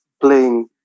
playing